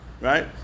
Right